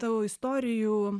tavo istorijų